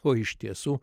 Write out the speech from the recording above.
o iš tiesų